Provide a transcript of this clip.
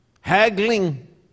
haggling